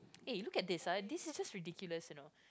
ah look at this uh this is just ridiculous you know